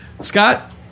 Scott